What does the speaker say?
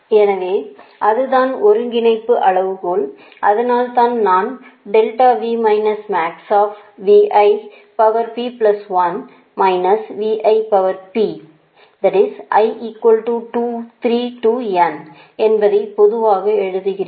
எனவே அதுதான் ஒருங்கிணைப்பு அளவுகோல் அதனால்தான் நான் என்பதை பொதுவாக எழுதுகிறேன்